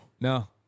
No